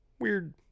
Weird